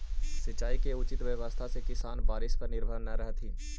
सिंचाई के उचित व्यवस्था से किसान बारिश पर निर्भर न रहतथिन